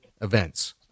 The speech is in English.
events